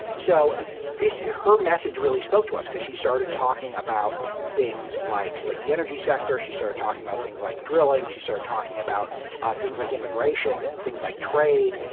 so this her message really spoke to us, because she started talking about things like like the energy sector she started talking about things like drilling she started talking about things like immigration, things like trade,